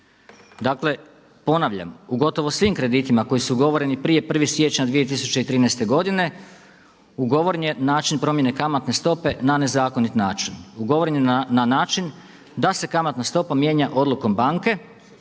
Dakle, ponavljam u gotovo svim kreditima koji su ugovoreni prije 1. siječnja 2013. godine ugovoren je način promjene kamatne stope na nezakonit način. Ugovoren je na način da se kamatna stopa mijenja odlukom banke.